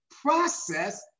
process